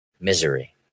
misery